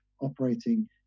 operating